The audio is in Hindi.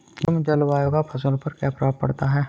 गर्म जलवायु का फसलों पर क्या प्रभाव पड़ता है?